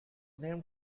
named